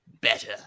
better